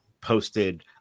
posted